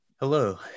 Hello